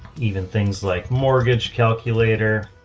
even things like mortgage calculator.